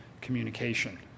communication